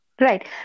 Right